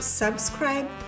subscribe